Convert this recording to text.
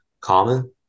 common